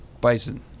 bison